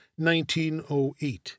1908